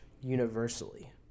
universally